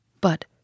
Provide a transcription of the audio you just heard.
But